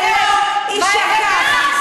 ולא יישכח.